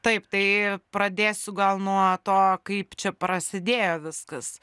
taip tai pradėsiu gal nuo to kaip čia prasidėjo viskas